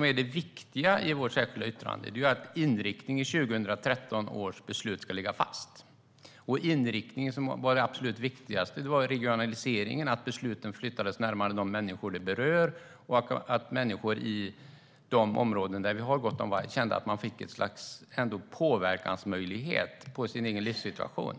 det viktiga i vårt särskilda yttrande är att inriktningen i 2013 års beslut ska ligga fast. Det absolut viktigaste i inriktningen var regionaliseringen - att besluten flyttades närmare de människor de berör och att människor i de områden där vi har gott om varg kände att de fick en påverkansmöjlighet i sin egen livssituation.